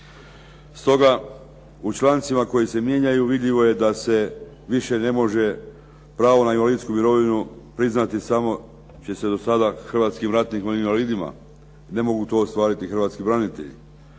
Stoga u člancima koji se mijenjaju vidljivo je da se više ne može pravo na invalidsku mirovinu priznati samo će se do sada hrvatskim ratnim invalidima, ne mogu to ostvariti hrvatski branitelji.